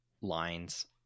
lines